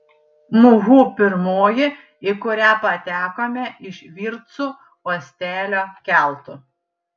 muhu pirmoji į kurią patekome iš virtsu uostelio keltu